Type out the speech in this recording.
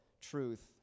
truth